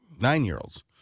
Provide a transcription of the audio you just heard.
Nine-year-olds